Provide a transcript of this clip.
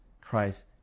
Christ